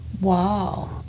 Wow